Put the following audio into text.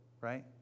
right